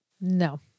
No